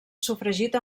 sofregit